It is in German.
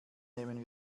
nehmen